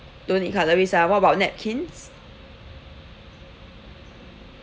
don't need cutleries ah what about napkins